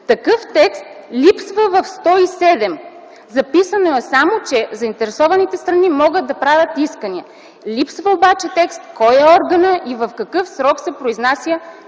Такъв текст липсва в чл. 107. Записано е само, че: „Заинтересованите страни могат да правят искания”. Липсва обаче текст кой е органът и в какъв срок се произнася